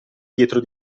dietro